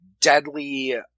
deadly